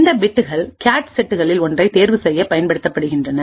இந்த பிட்கள்கேச் செட்களில் ஒன்றைத் தேர்வுசெய்யப் பயன்படுகின்றன